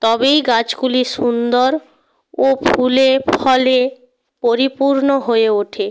তবেই গাছগুলি সুন্দর ও ফুলে ফলে পরিপূর্ণ হয়ে ওঠে